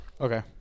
Okay